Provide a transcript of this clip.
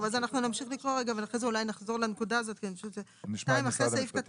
נמשיך לקרוא, ואולי נחזור לנקודה הזו לאחר מכן.